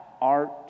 art